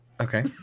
okay